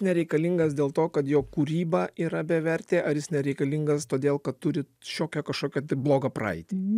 nereikalingas dėl to kad jo kūryba yra bevertė ar jis nereikalingas todėl kad turi šiokią kažkokią blogą praeitį